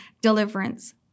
deliverance